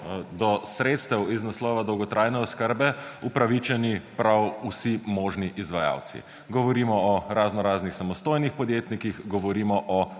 do sredstev iz naslova dolgotrajne oskrbe upravičeni prav vsi možni izvajalci. Govorimo o raznoraznih samostojnih podjetnikih, govorimo o